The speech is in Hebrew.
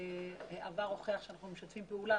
העבר הוכיח שכאשר אנחנו משתפים פעולה,